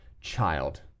Child